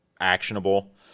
actionable